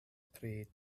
pri